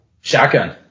Shotgun